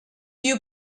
you